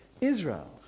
Israel